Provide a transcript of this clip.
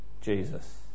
Jesus